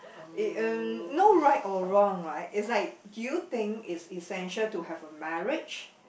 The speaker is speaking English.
it mm no right or wrong right is like do you think is essential to have a marriage